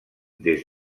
des